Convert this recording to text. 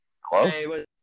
Hello